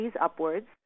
upwards